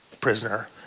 prisoner